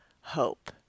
hope